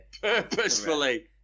purposefully